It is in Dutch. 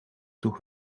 toch